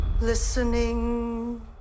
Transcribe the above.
Listening